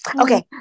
Okay